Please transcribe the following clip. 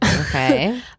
okay